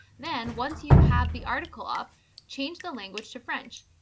then, once you have the article up change the language to french.